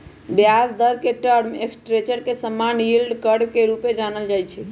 ब्याज दर के टर्म स्ट्रक्चर के समान्य यील्ड कर्व के रूपे जानल जाइ छै